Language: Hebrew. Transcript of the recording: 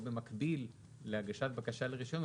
או במקביל להגשת בקשה לרישיון,